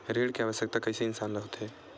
ऋण के आवश्कता कइसे इंसान ला होथे?